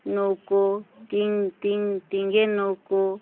নৌকো tin tin টিনের নৌকো